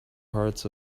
hearts